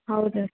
ಹೌದಾ